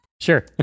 Sure